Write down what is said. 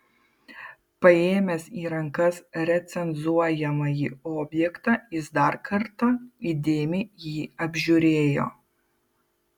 paėmęs į rankas recenzuojamąjį objektą jis dar kartą įdėmiai jį apžiūrėjo